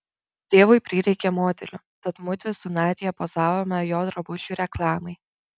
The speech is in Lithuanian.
tėvui prireikė modelių tad mudvi su nadia pozavome jo drabužių reklamai